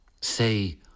Say